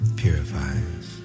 purifies